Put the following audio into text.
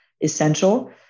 essential